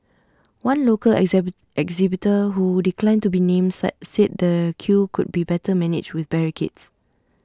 one local exhibit exhibitor who declined to be named sad said the queue could be better managed with barricades